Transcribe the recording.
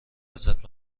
ازت